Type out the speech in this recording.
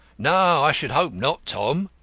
no, i should hope not, tom,